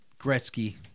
gretzky